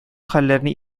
хәлләрне